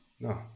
No